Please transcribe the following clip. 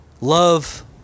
Love